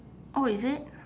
oh is it